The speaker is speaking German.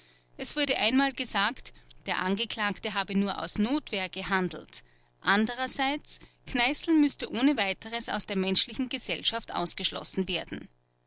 es wurde einmal gesagt der angeklagte habe nur aus notwehr gehandelt andererseits kneißl müsse ohne weiteres aus der menschlichen gesellschaft ausgeschlossen werden